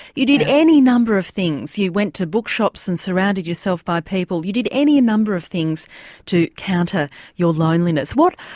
you did any number of things, you went to bookshops and surrounded yourself with people, you did any number of things to counter your loneliness. what,